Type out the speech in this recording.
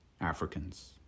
Africans